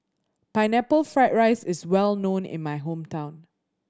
Pineapple Fried rice is well known in my hometown